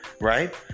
right